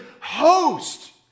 host